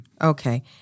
Okay